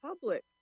public